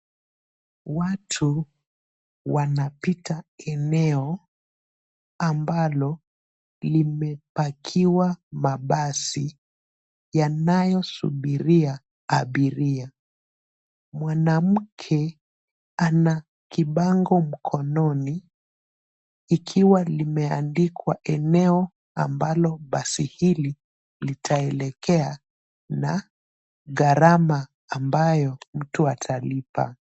Watu wanapita eneo ambalo limepakiwa mabasi, yanayosubiria abiria. Mwanamke ana kibango mkononi, ikiwa limeandikwa eneo ambalo basi hili litaelekea na gharama ambayo mtu atalipa.